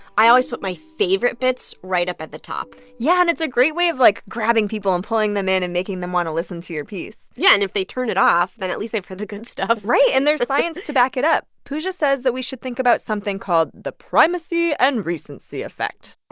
i always put my favorite bits right up at the top yeah. and it's a great way of, like, grabbing people and pulling them in and making them want to listen to your piece yeah. and if they turn it off, then at least they've heard the good stuff right? and there's science to back it up. pooja says that we should think about something called the primacy and recency effect